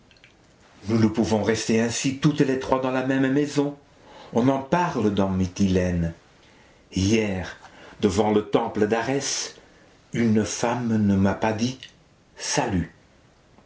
nous ne pouvons rester ainsi toutes les trois dans la même maison on en parle dans mytilène hier devant le temple d'arès une femme ne m'a pas dit salut